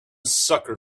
sucker